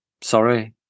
sorry